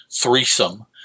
threesome